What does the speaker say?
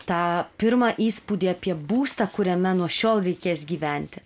tą pirmą įspūdį apie būstą kuriame nuo šiol reikės gyventi